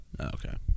Okay